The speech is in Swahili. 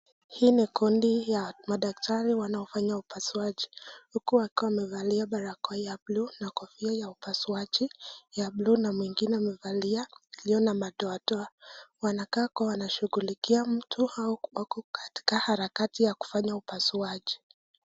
Hii ni kundi ya madaktari wanaofanya upasuaji, huku wakiwa wamevalia barakoa ya blue na kofia ya upasuaji ya blue na mwengibe amevalia iliyo na madoa doa. Wanakaa kua wanashughulikia mtu au wako katika harakati ya kufanya upasuaji.